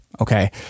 Okay